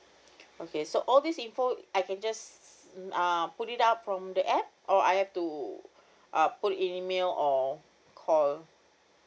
okay so all these info so I can just um put it up from the app or I have to uh put it in email or call